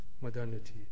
modernity